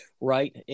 Right